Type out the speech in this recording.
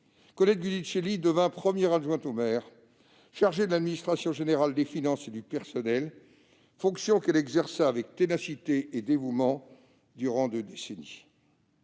Colette Giudicelli devint première adjointe au maire, chargée de l'administration générale, des finances et du personnel, fonction qu'elle exerça avec ténacité et dévouement durant deux décennies.